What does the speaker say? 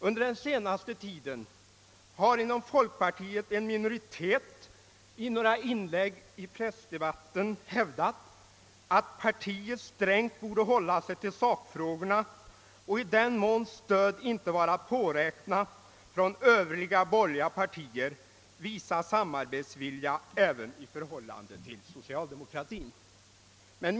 Under senaste tiden har en minoritet inom folkpartiet i några inlägg i pressdebatten hävdat att partiet strängt borde hålla sig till sakfrågorna och, i den mån stöd inte vore att påräkna från övriga borgerliga partier, visa samarbetsvilja även i förhållande till socialdemokratin.